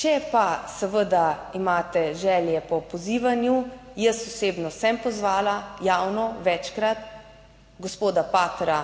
Če pa seveda imate želje po pozivanju, jaz osebno sem pozvala javno večkrat gospoda patra